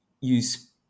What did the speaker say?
use